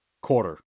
quarter